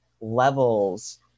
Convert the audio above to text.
levels